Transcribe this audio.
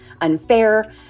unfair